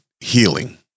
healing